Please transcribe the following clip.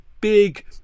big